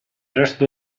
resto